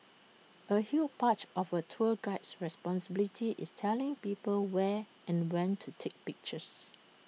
A Hugh patch of A tour guide's responsibilities is telling people where and when to take pictures